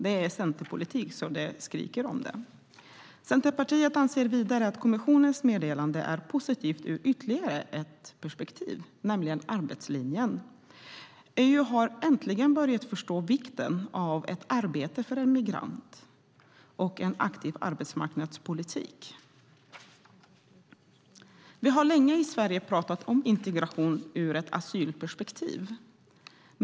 Det är Centerpolitik så det skriker om det! Centerpartiet anser vidare att kommissionens meddelande är positivt ur ytterligare ett perspektiv, nämligen när det gäller arbetslinjen. EU har äntligen börjat förstå vikten av ett arbete för en migrant och vikten av en aktiv arbetsmarknadspolitik. I Sverige har vi länge talat om integration ur ett asylperspektiv.